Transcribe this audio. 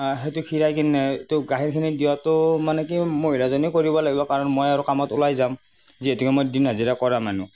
সেইটো খিৰাই কেনেটো গাখীৰখিনি দিয়াটো মানে কি মহিলাজনীয়ে কৰিব লাগিব কাৰণ মই আৰু কামত ওলাই যাম যিহেতুকে মই দিন হাজিৰা কৰা মানুহ